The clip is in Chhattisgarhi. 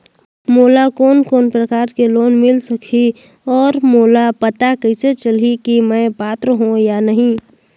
मोला कोन कोन प्रकार के लोन मिल सकही और मोला पता कइसे चलही की मैं पात्र हों या नहीं?